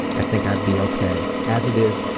i think i'd be okay. as it is,